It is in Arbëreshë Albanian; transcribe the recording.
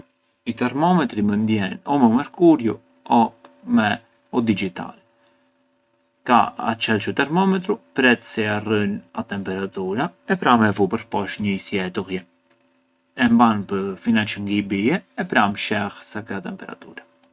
I termometri mënd jenë me o u mercuriu o me u digitali, ka çelsh u termometru, pret se jarrën a temperatura e pranë e vu përposh njëi sietullje, e mban fina çë ngë i bie e pra’ sheh sa ke a temperatura.